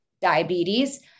diabetes